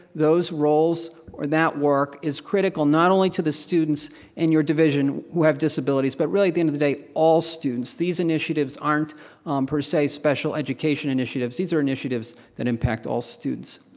those roles or that work is critical not only to the students in your division who have disabilities but really at the end of the day, all students, these initiatives aren't per se special education initiatives, these are initiatives that impact all students.